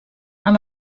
amb